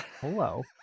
Hello